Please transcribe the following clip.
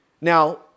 Now